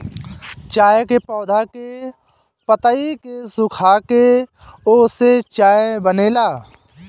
चाय के पौधा के पतइ के सुखाके ओसे चाय बनेला